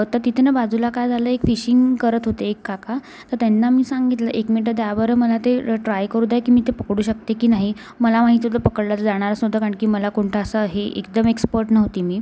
तर तिथे न बाजूला काय झालं एक फिशिंग करत होते एक काका तर त्यांना मी सांगितलं एक मिनटं द्या बरं मला ते अ ट्राय करू द्या की मी ते पकडू शकते की नाही मला माहित होतं पकडलं जाणारच नव्हतं कारण की मला कोणतं असं हे एकदम एक्स्पर्ट नव्हती मी